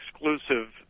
exclusive